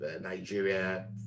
Nigeria